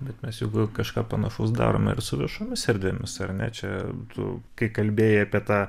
bet jau kažką panašaus darome ir su viešomis erdvėmis ar ne čia tu kai kalbėjai apie tą